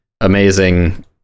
amazing